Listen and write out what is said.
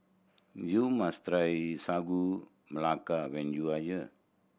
you must try Sagu Melaka when you are here